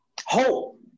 hope